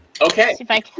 Okay